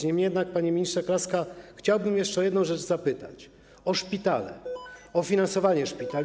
Niemniej jednak, panie ministrze Kraska, chciałbym jeszcze o jedną rzecz zapytać - o szpitale, o finansowanie szpitali.